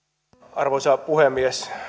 arvoisa puhemies